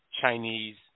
Chinese